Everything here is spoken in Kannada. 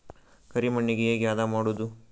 ಕರಿ ಮಣ್ಣಗೆ ಹೇಗೆ ಹದಾ ಮಾಡುದು?